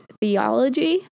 theology